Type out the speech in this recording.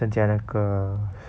参加那个